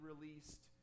released